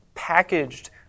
packaged